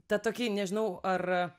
tą tokį nežinau ar